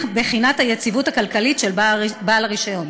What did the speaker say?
בחינת היציבות הכלכלית של בעל הרישיון.